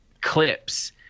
clips